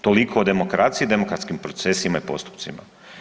Toliko o demokraciji i demokratskim procesima i postupcima.